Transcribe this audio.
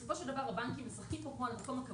בסופו של דבר הבנקים משחקים פה על העמימות,